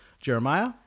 Jeremiah